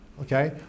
Okay